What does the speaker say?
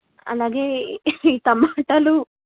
అలాగే ఈ టొమాటోలు